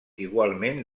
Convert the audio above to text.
igualment